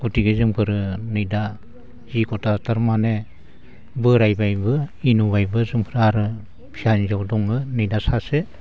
गथिखे जोंफोरो नै दा जिखथा थारमाने बोराइबायबो इनु बायबो जोंफ्रा आरो फिसा हिनजावबो दङ नै दा सासे